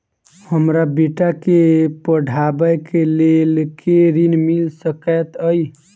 हमरा बेटा केँ पढ़ाबै केँ लेल केँ ऋण मिल सकैत अई?